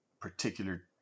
particular